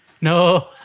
No